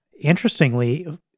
interestingly